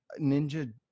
ninja